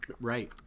Right